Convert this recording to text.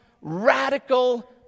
radical